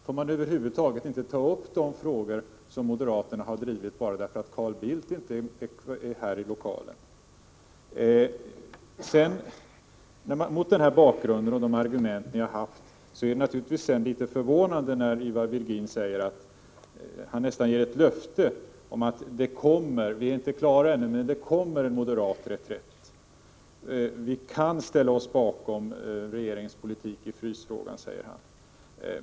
Får man över huvud taget inte ta upp de frågor som moderaterna har drivit bara därför att Carl Bildt inte är närvarande i lokalen? Mot denna bakgrund och de argument som ni har anfört är det naturligtvis litet förvånande när Ivar Virgin nästan ger ett löfte om att det kommer en moderat reträtt och förklarar att moderaterna kan ställa sig bakom regeringens politik i frysfrågan.